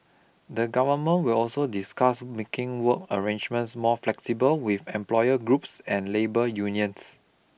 the Government will also discuss making work arrangements more flexible with employer groups and labour unions